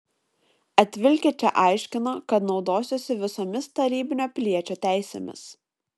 atvilkę čia aiškino kad naudosiuosi visomis tarybinio piliečio teisėmis